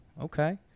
okay